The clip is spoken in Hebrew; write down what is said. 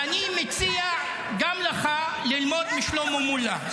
-- ואני מציע גם לך ללמוד משלמה מולה.